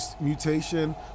mutation